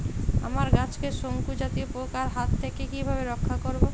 আমার গাছকে শঙ্কু জাতীয় পোকার হাত থেকে কিভাবে রক্ষা করব?